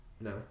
No